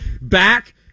Back